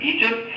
Egypt